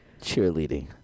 Cheerleading